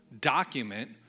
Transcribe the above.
document